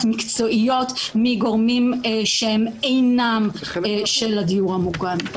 מקצועיות מגורמים שהם אינם של הדיור המוגן.